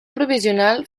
provisional